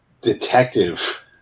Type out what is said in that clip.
detective